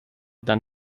than